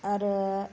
आरो